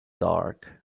dark